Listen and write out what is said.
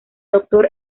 doctor